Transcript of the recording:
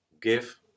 give